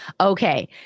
Okay